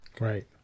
Right